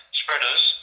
spreaders